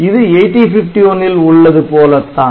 இது 8051 ல் உள்ளது போலத் தான்